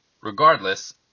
Regardless